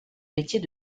métier